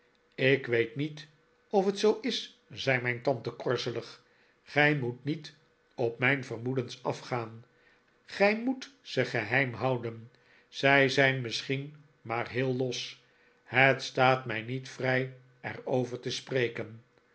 ik weet niet of het zoo is zei mijn tante korzelig gij moet niet op mijn vermoedens afgaan gij moet ze geheim houden zij zijn misschien maar heel los het staat mij niet vrij er over te spreken